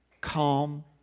calm